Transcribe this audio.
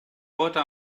heute